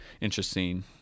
interesting